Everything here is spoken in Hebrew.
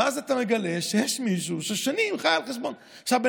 ואז אתה מגלה שיש מישהו ששנים חי על חשבונה.